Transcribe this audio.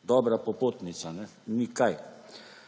Dobra popotnica, ni kaj.